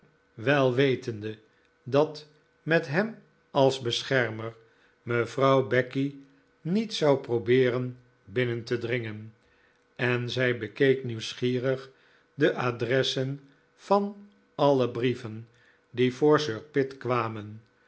wel wetende dat met hem als beschermer mevrouw becky niet zou probeeren binnen te dringen en zij bekeek nieuwsgierig de adressen van alle brieven die voor sir pitt kwamen